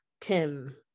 Tim